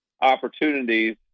opportunities